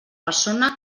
persona